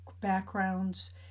backgrounds